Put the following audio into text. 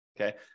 Okay